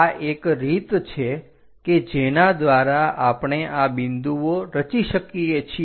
આ એક રીત છે કે જેના દ્વારા આપણે આ બિંદુઓ રચી શકીએ છીએ